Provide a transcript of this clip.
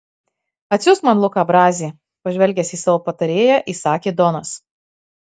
atsiųsk man luką brazį pažvelgęs į savo patarėją įsakė donas